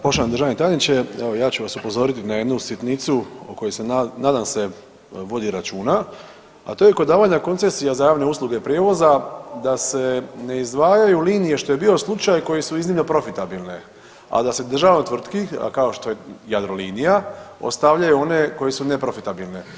Poštovani državni tajniče, evo ja ću vas upozoriti na jednu sitnicu o kojoj se nadam se vodi računa, a to je kod davanja koncesija za javne usluge prijevoza da se ne izdvajaju linije što je bio slučaj koje su iznimno profitabilne, a da se državnoj tvrtki kao što je Jadrolinija ostavljaju one koje su neprofitabilne.